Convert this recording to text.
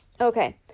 Okay